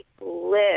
live